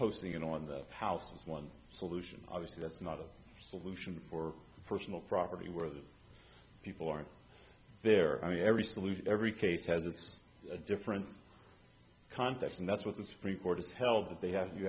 posting it on the house is one solution obviously that's not a solution for personal property where the people are there i mean every solution every case has it's a different context and that's what the supreme court has held that they have you